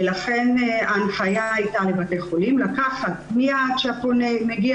ולכן ההנחיה הייתה לבתי החולים לקחת מיד כשפונה מגיע